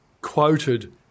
quoted